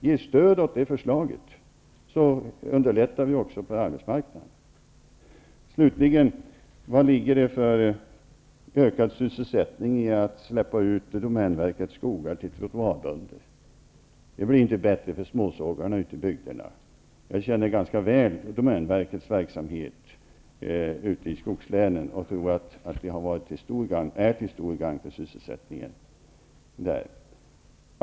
Ge stöd åt det förslaget, så underlättar vi också på arbetsmarknaden. Slutligen: Vad ligger det för ökad sysselsättning i att släppa domänverkets skogar till trottoarbönder? Det blir inte bättre för små sågverk ute i bygderna. Jag känner ganska väl domänverkets verksamhet ute i skogslänen och tror att den är till stor gagn för sysselsättningen där.